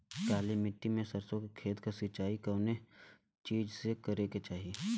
काली मिट्टी के सरसों के खेत क सिंचाई कवने चीज़से करेके चाही?